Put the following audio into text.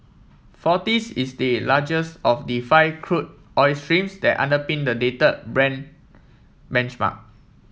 forties is the largest of the five crude oil streams that underpin the dated Brent benchmark